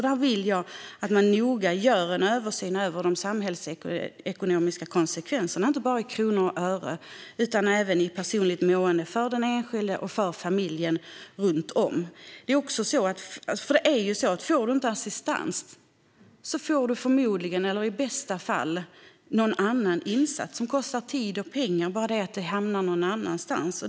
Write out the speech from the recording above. Jag vill att man gör en noggrann översyn av de samhällsekonomiska konsekvenserna, inte bara i kronor och ören utan även i personligt mående för den enskilde och för familjen runt om. Det är ju så att den som inte får assistans förmodligen - eller i bästa fall - får någon annan insats som kostar tid och pengar; det är bara att det hamnar någon annanstans.